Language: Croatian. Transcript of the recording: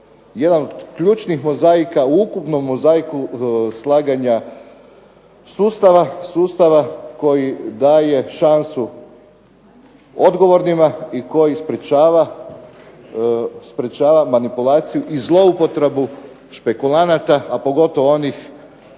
jedan od ključnih mozaika u ukupnom mozaiku slaganja sustava koji daje šansu odgovornima i koji sprečava manipulaciju i zlouporabu špekulanata, a pogotovo onih